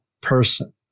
person